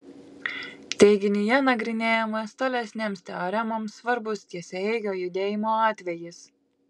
teiginyje nagrinėjamas tolesnėms teoremoms svarbus tiesiaeigio judėjimo atvejis